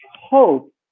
Hope